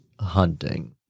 hunting